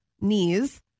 knees